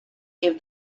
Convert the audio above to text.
gave